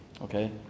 Okay